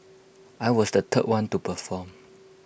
I was the third one to perform